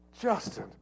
Justin